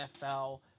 NFL